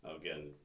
Again